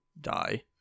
die